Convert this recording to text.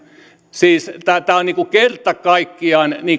siis tämä on kerta kaikkiaan